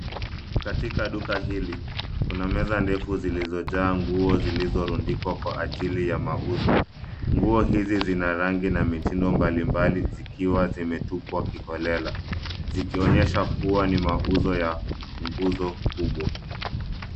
Katika duka hili, kuna meza ndefu zilizojaa nguo zilizorundikwa kwa ajili ya mauzo. Nguo hizi zina rangi na mitindo mbali mbali zikiwa zimetupwa kiholela zikionyesha kuwa ni mauzo ya punguzo kubwa.